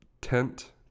tent